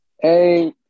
Hey